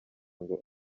ngo